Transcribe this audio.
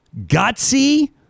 gutsy